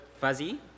fuzzy